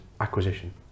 acquisition